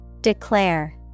Declare